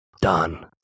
Done